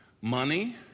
money